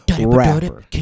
rapper